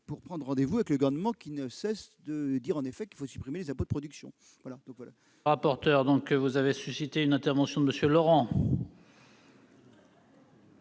à prendre rendez-vous avec le Gouvernement, qui ne cesse de dire qu'il faut supprimer les impôts de production.